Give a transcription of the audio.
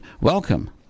Welcome